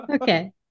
Okay